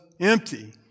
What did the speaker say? empty